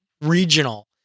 regional